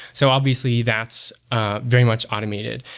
so obviously, that's ah very much automated.